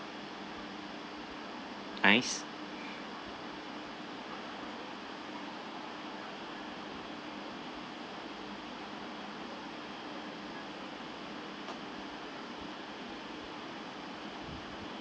nice